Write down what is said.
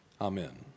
Amen